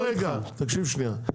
לא רגע תקשיב שנייה,